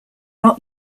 not